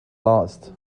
last